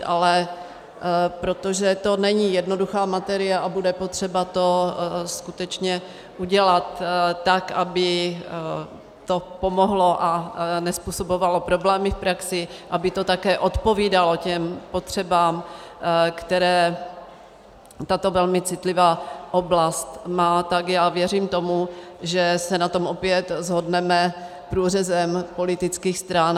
Ale protože to není jednoduchá materie a bude potřeba to skutečně udělat, tak aby to pomohlo a nezpůsobovalo problémy v praxi, aby to také odpovídalo těm potřebám, které tato velmi citlivá oblast má, tak já věřím tomu, že se na to opět shodneme průřezem politických stran.